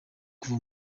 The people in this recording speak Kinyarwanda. kuva